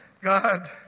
God